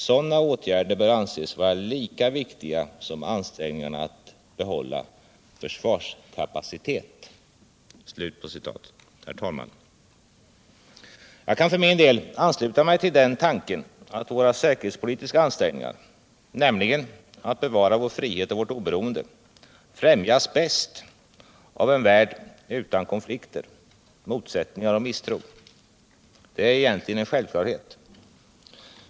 Sådana åtgärder bör anses vara lika viktiga som ansträngningarna att behålla försvarskapacitet.” Herr talman! Jag kan för min del ansluta mig till den tanken att våra säkerhetspolitiska ansträngningar — nämligen att bevara vår frihet och vårt oberoende — bäst främjas av en värld utan konflikter, motsättningar och misstro. Det är egentligen en självklarhet.